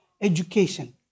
education